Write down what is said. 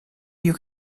you